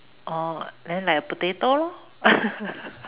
orh then like a potato lor